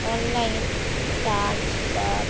online dance বা